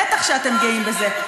בטח שאתם גאים בזה.